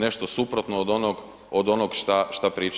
nešto suprotno od onog što pričaju.